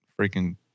freaking